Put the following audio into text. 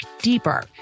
deeper